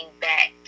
back